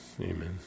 Amen